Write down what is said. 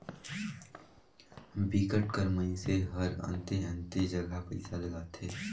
बिकट कर मइनसे हरअन्ते अन्ते जगहा पइसा लगाथे